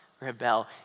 rebel